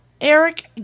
Eric